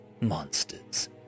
monsters